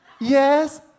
Yes